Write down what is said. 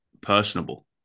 personable